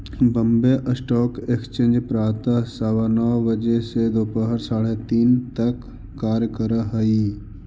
Bombay stock exchange प्रातः सवा नौ बजे से दोपहर साढ़े तीन तक कार्य करऽ हइ